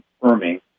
confirming